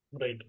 right